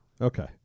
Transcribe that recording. Okay